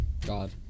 God